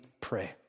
pray